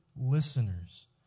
listeners